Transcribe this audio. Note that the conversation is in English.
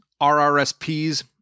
RRSPs